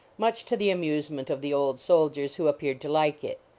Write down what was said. much to the amusement of the old soldiers, who appeared to like it.